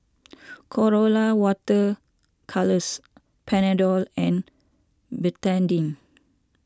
Colora Water Colours Panadol and Betadine